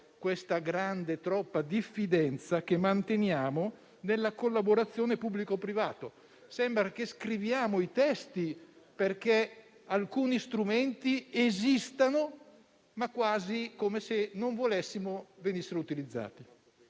questa grande, troppa diffidenza che manteniamo nella collaborazione pubblico-privato. Sembra che scriviamo i testi, perché alcuni strumenti esistono, quasi come se non volessimo che venissero utilizzati.